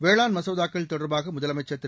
வேளாண் மசோதாக்கள் தொடர்பாக முதலமைச்சர் திரு